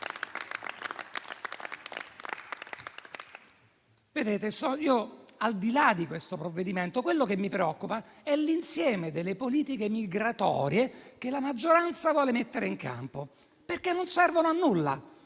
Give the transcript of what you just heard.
Al di là di questo provvedimento, quello che mi preoccupa è l'insieme delle politiche migratorie che la maggioranza vuole mettere in campo, perché non servono a nulla.